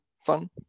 fun